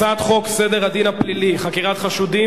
ובכן, 22 בעד, 32 נגד, אין נמנעים.